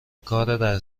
کار